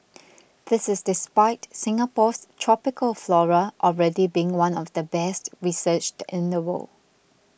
this is the despite Singapore's tropical flora already being one of the best researched in the world